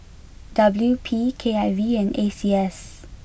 W P K I V and A C S